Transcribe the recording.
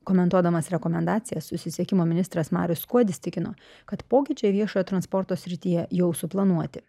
komentuodamas rekomendacijas susisiekimo ministras marius skuodis tikino kad pokyčiai viešojo transporto srityje jau suplanuoti